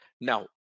now